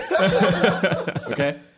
okay